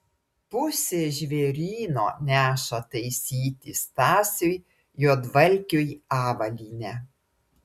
pusė žvėryno neša taisyti stasiui juodvalkiui avalynę